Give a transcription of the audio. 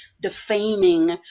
defaming